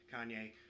Kanye